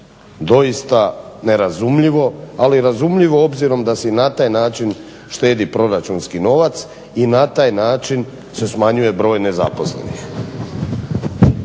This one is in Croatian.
Doista nerazumljivo, ali razumljivo obzirom da se na taj način štedi proračunski novac i na taj način se smanjuje broj nezaposlenih.